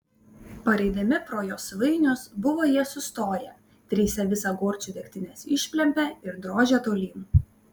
pareidami pro josvainius buvo jie sustoję trise visą gorčių degtinės išplempė ir drožė tolyn